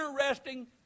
interesting